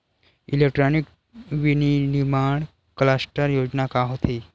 Electronic विनीर्माण cluster योजना का होथे?